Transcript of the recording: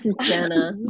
Jenna